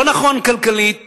לא נכון כלכלית